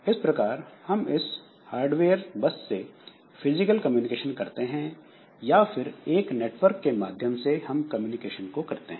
इस प्रकार हम इस हार्डवेयर बस से फिजिकल कम्युनिकेशन करते हैं या फिर एक नेटवर्क के माध्यम से इस कम्युनिकेशन को करते हैं